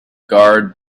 guard